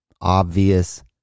obvious